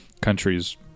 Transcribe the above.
countries